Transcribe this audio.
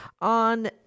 On